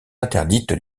interdites